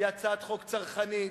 היא הצעת חוק צרכנית,